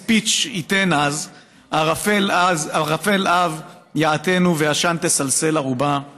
ספיץ' ייתן אז / ערפל-עב יעטנו / ועשן תסלסל ארובה //